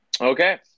Okay